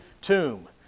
tomb